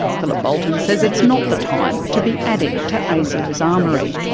philip boulten says it's not the time to be adding to asio's armoury.